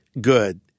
good